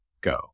go